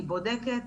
היא בודקת,